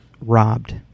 robbed